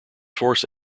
force